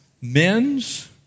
men's